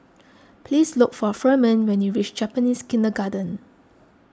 please look for Firman when you reach Japanese Kindergarten